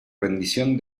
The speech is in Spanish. rendición